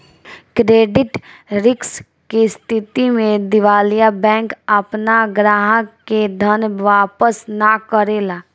credit risk के स्थिति में दिवालिया बैंक आपना ग्राहक के धन वापस ना करेला